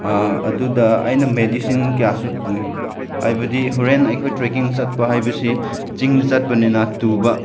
ꯑꯗꯨꯗ ꯑꯩꯅ ꯃꯦꯗꯤꯁꯤꯟ ꯀꯌꯥꯁꯨ ꯄꯨꯏ ꯍꯥꯏꯕꯗꯤ ꯍꯣꯔꯦꯟ ꯑꯩꯈꯣꯏ ꯇ꯭ꯔꯦꯀꯤꯡ ꯆꯠꯄ ꯍꯥꯏꯕꯁꯤ ꯆꯤꯡꯗ ꯆꯠꯄꯅꯤꯅ ꯇꯨꯕ